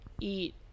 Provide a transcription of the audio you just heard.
eat